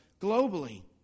globally